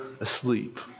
asleep